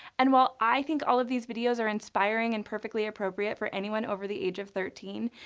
and while i think all of these videos are inspiring and perfectly appropriate for anyone over the age of thirteen,